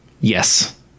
Yes